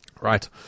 Right